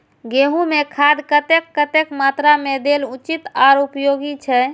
गेंहू में खाद कतेक कतेक मात्रा में देल उचित आर उपयोगी छै?